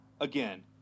again